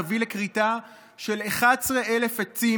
תביא לכריתה של 11,000 עצים,